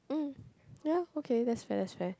mm okay yeah that's fair that's fair